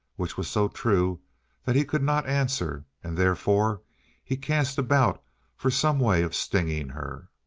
which was so true that he could not answer, and therefore he cast about for some way of stinging her.